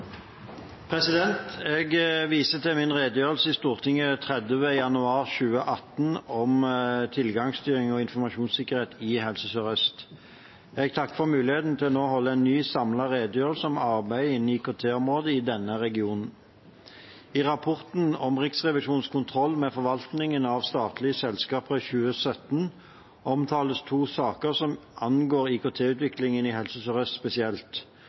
måte. Jeg viser til min redegjørelse i Stortinget 30. januar 2018 om tilgangsstyring og informasjonssikkerhet i Helse Sør-Øst. Jeg takker for muligheten til nå å holde en ny samlet redegjørelse om arbeidet innen IKT-området i denne regionen. I rapporten om Riksrevisjonens kontroll med forvaltningen av statlige selskaper i 2017 omtales to saker som angår IKT-utviklingen i Helse Sør-Øst spesielt.